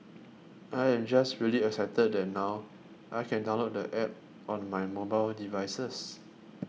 I am just really excited that now I can download the app on my mobile devices